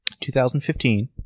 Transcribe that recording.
2015